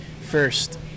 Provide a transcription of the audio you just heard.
first